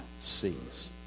sees